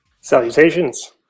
Salutations